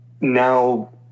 now